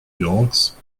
yolks